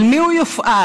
על מי הוא יופעל,